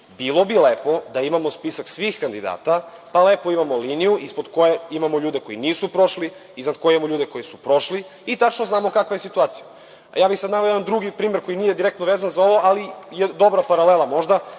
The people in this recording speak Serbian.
bilo bi lepo da imamo spisak svih kandidata, pa lepo imamo liniju ispod koje imamo ljude koji nisu prošli, iznad koje imamo ljude koji su prošli i tačno znamo kakva je situacija. Naveo bih jedan drugi primer koji nije direktno vezan za ovo ali je možda dobra paralela, kada